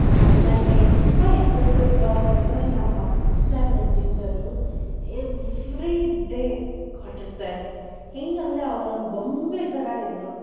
ನನಗೆ ತುಂಬ ಇಂಪ್ರೆಸಿವ್ ಅಂತೆಂದರೆ ನಮ್ಮ fifth standard teacher every day cotton sari ಹೆಂಗೆ ಅಂದರೆ ಅವರೊಂದು ಗೊಂಬೆ ಥರ ಇದ್ದರು